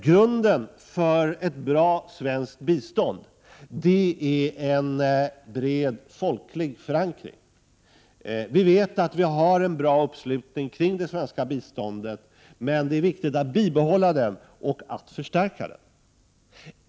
Grunden för ett bra svenskt bistånd är en bred folklig förankring. Vi vet att vi har en bred uppslutning kring det svenska biståndet. Men det är viktigt att bibehålla den och förstärka den.